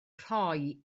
rhoi